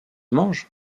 mange